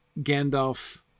Gandalf